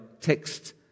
text